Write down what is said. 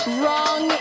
wrong